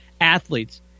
athletes